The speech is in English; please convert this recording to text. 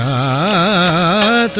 aa